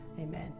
Amen